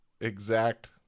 exact